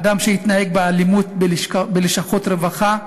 אדם שהתנהג באלימות בלשכות רווחה,